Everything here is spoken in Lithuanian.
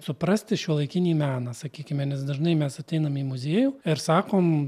suprasti šiuolaikinį meną sakykime nes dažnai mes ateiname į muziejų ir sakom